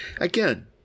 Again